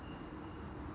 okay